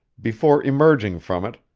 before emerging from it,